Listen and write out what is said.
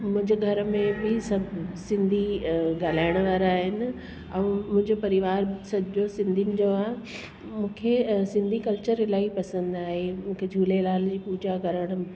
मुंहिंजे घर में बि सभु सिंधी अ ॻाल्हाइण वारा आहिनि ऐं मुंहिंजो परिवार सॼो सिंधीयुनि जो आहे मूंखे सिंधी कल्चर इलाही पसंदि आहे मूंखे झूलेलाल जी पूजा करण